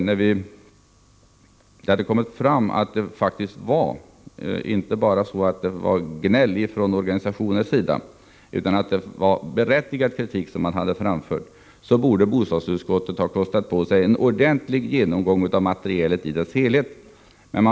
När det hade framkommit att invändningarna inte bara var gnäll från organisationernas sida utan var berättigad kritik tyckte vi på den borgerliga sidan att bostadsutskottet borde kosta på sig en ordentlig genomgång av materialet i dess helhet.